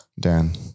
dan